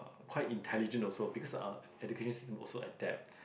quite intelligent also because uh education system also adapt